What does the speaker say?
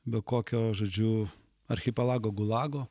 be kokio žodžiu archipelago gulago